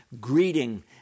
greeting